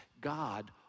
god